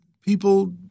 people